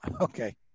Okay